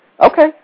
Okay